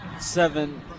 seven